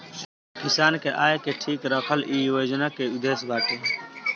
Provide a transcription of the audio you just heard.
किसान के आय के ठीक रखल इ योजना के उद्देश्य बाटे